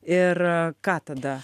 ir ką tada